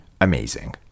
amazing